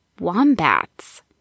wombats